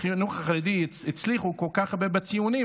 בחינוך החרדי הצליחו כל כך הרבה בציונים,